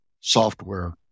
software